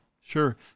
sure